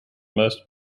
most